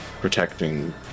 protecting